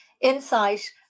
insight